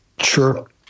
Sure